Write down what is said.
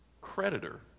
creditor